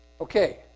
okay